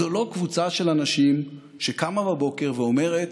זו לא קבוצה של אנשים שקמה בבוקר ואומרת: